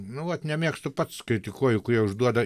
nu vat nemėgstu pats kritikuoju kurie užduoda